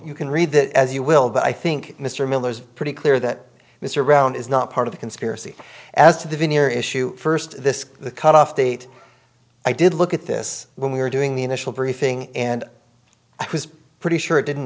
you can read that as you will but i think mr miller's pretty clear that mr brown is not part of the conspiracy as to the veneer issue first this cut off date i did look at this when we were doing the initial briefing and i was pretty sure it didn't